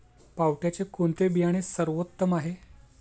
पावट्याचे कोणते बियाणे सर्वोत्तम आहे?